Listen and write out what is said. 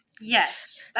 yes